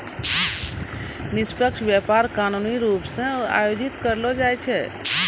निष्पक्ष व्यापार कानूनी रूप से आयोजित करलो जाय छै